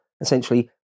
essentially